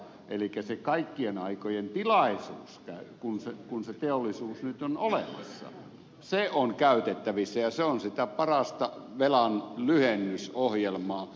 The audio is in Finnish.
elikkä se kaikkien aikojen tilaisuus kun se teollisuus nyt on olemassa on käytettävissä ja se on sitä parasta velanlyhennysohjelmaa